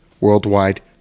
worldwide